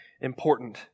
important